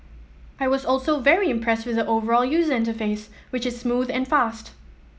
I was also very impressed with the overall user interface which is smooth and fast